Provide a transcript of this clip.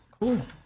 cool